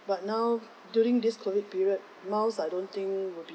but now during this COVID period miles I don't think will be